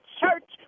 church